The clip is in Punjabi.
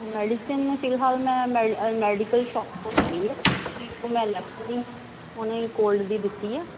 ਮੈਡੀਸਿਨ ਫਿਲਹਾਲ ਮੈਂ ਮੈਡੀਕਲ ਸ਼ੋਪ ਤੋਂ ਲੈ ਲਈ ਹੈ ਅਤੇ ਇੱਕ ਮੈਂ ਉਹਨੇ ਕੋਲਡ ਦੀ ਦਿੱਤੀ ਹੈ